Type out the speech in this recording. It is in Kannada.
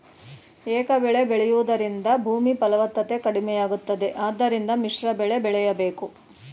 ಏಕಬೆಳೆ ಬೆಳೆಯೂದರಿಂದ ಭೂಮಿ ಫಲವತ್ತತೆ ಕಡಿಮೆಯಾಗುತ್ತದೆ ಆದ್ದರಿಂದ ಮಿಶ್ರಬೆಳೆ ಬೆಳೆಯಬೇಕು